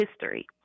history